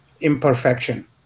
imperfection